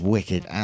Wicked